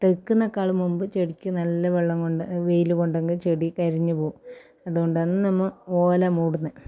തെക്കുന്നതിനെക്കാളും മുമ്പ് ചെടിക്ക് നല്ല വെള്ളം കൊണ്ട് വെയിൽ കൊണ്ടെങ്കിൽ ചെടി കരിഞ്ഞു പോവും അതുകൊണ്ടാണ് നമ്മൾ ഓല മൂടുന്നത്